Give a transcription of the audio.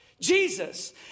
Jesus